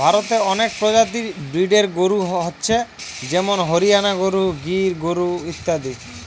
ভারতে অনেক প্রজাতির ব্রিডের গরু হচ্ছে যেমন হরিয়ানা গরু, গির গরু ইত্যাদি